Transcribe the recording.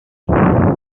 writing